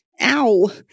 Ow